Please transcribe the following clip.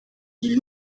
dit